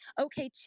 okay